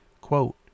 quote